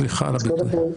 סליחה על הביטוי.